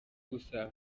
gusa